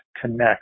Connect